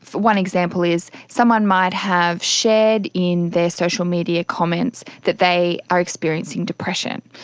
one example is someone might have shared in their social media comments that they are experiencing depression,